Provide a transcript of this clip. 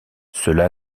cela